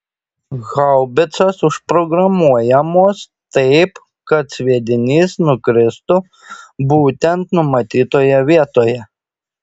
haubicos užprogramuojamos taip kad sviedinys nukristų būtent numatytoje vietoje